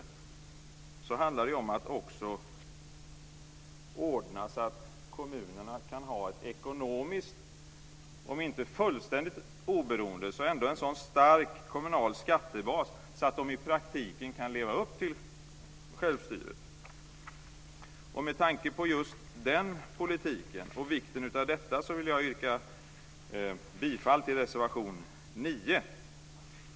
Men det handlar också om att ordna så att kommuner kan ha ett ekonomiskt om inte fullständigt oberoende så ändå en sådan stark kommunal skattebas att de i praktiken kan leva upp till självstyret. Med tanke på just den politiken och vikten av detta vill jag yrka bifall till reservation 9.